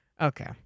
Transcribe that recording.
okay